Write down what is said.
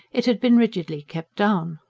it had been rigidly kept down.